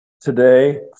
today